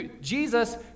Jesus